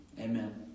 Amen